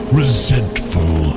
resentful